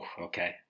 okay